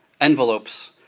envelopes